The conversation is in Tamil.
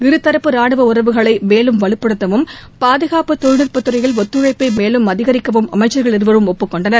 இருதரப்பு ரானுவ உறவுகளை மேலும் வலுப்படுத்தவும் பாதுகாப்புத் தொழில்நுட்பத்துறையில் ஒத்துழைப்பை மேலும் அதிகரிக்கவும் அமைச்சர்கள் இருவரும் ஒப்புக்கொண்டனர்